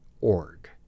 org